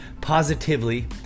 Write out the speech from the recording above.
positively